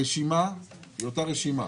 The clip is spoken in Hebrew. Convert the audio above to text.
הרשימה היא אותה רשימה.